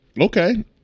Okay